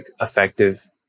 effective